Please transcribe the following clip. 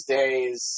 days